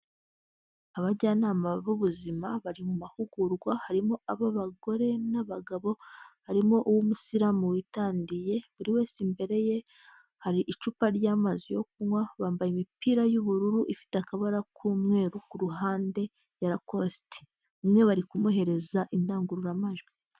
Abajyanama b'ubuzima bari mu mahugurwa harimo abagore n'abagabo harimo uw'umusilamu witandiye buri wese imbere ye hari icupa ry'amazi yo kunywa bambaye imipira y'ubururu ifite akabara k'umweru ku ruhande ya Lacosti umwe barikumuhereza indangururamajwi.